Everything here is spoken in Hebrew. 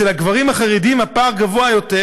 אצל הגברים החרדים הפער גבוה יותר,